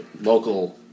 local